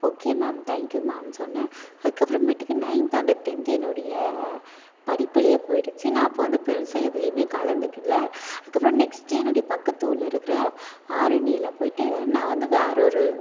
okay ma'am thank you ma'am சொன்னேன் அதுக்கப்புறமேட்டுக்கு ninth and tenth என்னுடைய படிப்பிலேயே போய்டுச்சி நான் அப்போ வந்து பெருசாக எதுலேயுமே கலந்துகலை அதுக்கப்புறம் நெக்ஸ்ட்டு எங்கள் பக்கத்தூரில் இருக்கிற ஆரணியில் போய்ட்டு நான் வந்து வேறு ஒரு